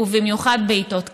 ובמיוחד בעיתות כאלה.